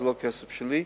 זה לא כסף שלי,